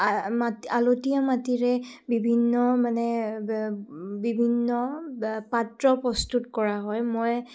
আলতীয়া মাটিৰে বিভিন্ন মানে বিভিন্ন পাত্ৰ প্ৰস্তুত কৰা হয় মই